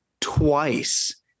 twice